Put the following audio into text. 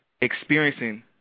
experiencing